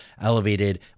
elevated